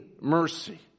mercy